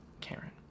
Karen